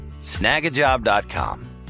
Snagajob.com